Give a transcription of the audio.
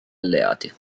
alleati